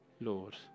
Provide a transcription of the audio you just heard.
Lord